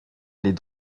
les